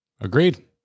Agreed